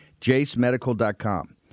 jacemedical.com